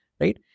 right